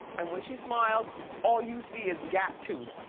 and when she smiles all you see is gap tooth.